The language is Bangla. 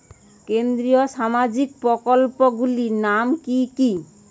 কেন্দ্রীয় সামাজিক প্রকল্পগুলি নাম কি কি?